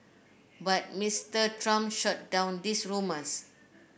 but Mister Trump shot down those rumours